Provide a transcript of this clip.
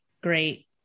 great